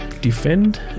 defend